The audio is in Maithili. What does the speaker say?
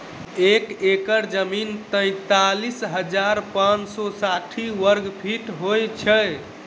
एक एकड़ जमीन तैँतालिस हजार पाँच सौ साठि वर्गफीट होइ छै